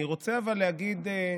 אבל אני רוצה להגיד משהו: